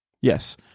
Yes